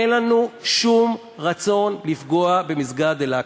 אין לנו שום רצון לפגוע במסגד אל-אקצא.